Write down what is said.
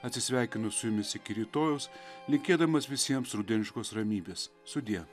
atsisveikinu su jumis iki rytojaus linkėdamas visiems rudeniškos ramybės sudie